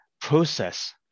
process